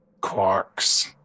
Quarks